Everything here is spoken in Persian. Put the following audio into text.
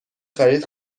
خرید